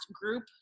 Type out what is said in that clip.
group